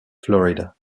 florida